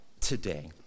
today